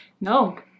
no